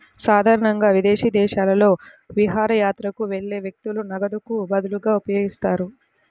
సాధారణంగా విదేశీ దేశాలలో విహారయాత్రకు వెళ్లే వ్యక్తులు నగదుకు బదులుగా ఉపయోగిస్తారు